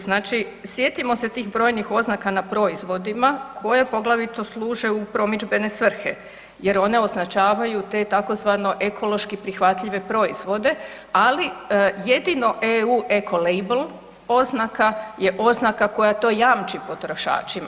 Znači, sjetimo se tim brojnih oznaka na proizvodima koje poglavito služe u promidžbene svrhe jer one označavaju te tzv. ekološki prihvatljive proizvode ali jedino EU eco label oznaka je oznaka koja to jamči potrošačima.